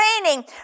training